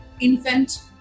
infant